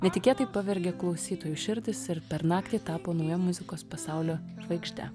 netikėtai pavergė klausytojų širdis ir per naktį tapo nauja muzikos pasaulio žvaigžde